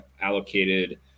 allocated